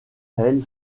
elle